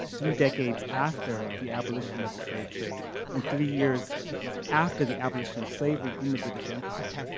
three decades after the abolition of the slave trade and three years after the abolition of slavery in the british empire.